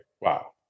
wow